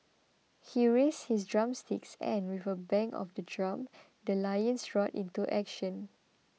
he raised his drumsticks and with a bang of the drum the lions roared into action